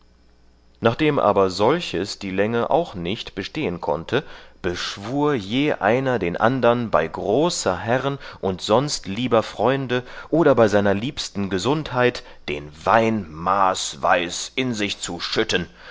nachdem aber solches die länge auch nicht bestehen konnte beschwur je einer den andern bei großer herren und sonst lieber freunde oder bei seiner liebsten gesundheit den wein maßweis in sich zu